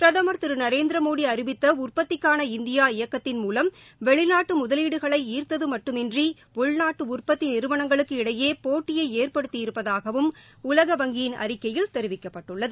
பிரதமர் நரேந்திர மோடி அறிவித்த உற்பத்திக்கான இந்தியா இயக்கத்தின் மூலம் வெளிநாட்டு முதவீடுகளை ஈர்த்தது மட்டுமின்றி உள்நாட்டு உற்பத்தி நிறுவனங்களுக்கு இடையே போட்டியை ஏற்படுத்தி இருப்பதாகவும் உலக வங்கியின் அறிக்கையில் தெரிவிக்கப்பட்டுள்ளது